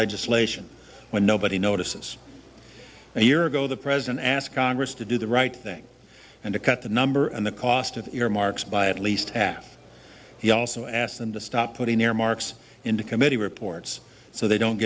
legislation when nobody notices a year ago the president ask congress to do the right thing and to cut the number and the cost of earmarks by at least half he also asked them to stop putting earmarks into committee reports so they don't